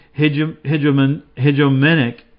hegemonic